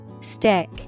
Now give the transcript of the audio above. Stick